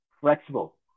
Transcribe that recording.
flexible